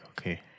okay